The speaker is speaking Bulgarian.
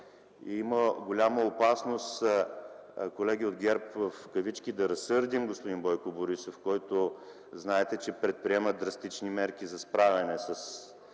има голяма опасност, колеги от ГЕРБ, „да разсърдим” господин Бойко Борисов, който знаете, че предприема драстични мерки за справяне с